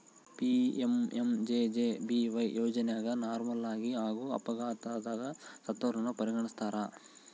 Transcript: PMMJJBY ಯೋಜನೆಗ ನಾರ್ಮಲಾಗಿ ಹಾಗೂ ಅಪಘಾತದಗ ಸತ್ತವರನ್ನ ಪರಿಗಣಿಸ್ತಾರ